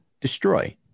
destroy